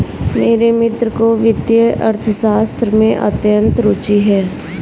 मेरे मित्र को वित्तीय अर्थशास्त्र में अत्यंत रूचि है